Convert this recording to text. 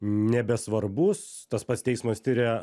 nebesvarbus tas pats teismas tiria